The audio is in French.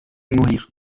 mourir